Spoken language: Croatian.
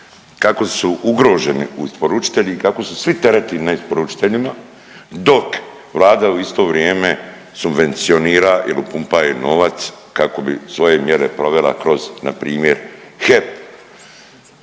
kako su ugroženi isporučitelji i kako su svi tereti na isporučiteljima, dok Vlada u isto vrijeme subvencionira ili upumpaje novac kao bi svoje mjere provela, kroz npr. HEP.